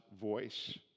voice